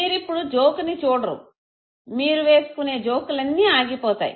మీరు ఇప్పుడు జోకుని చూడరు మీరు వేసుకునే జోకులన్నీ ఆగిపోతాయి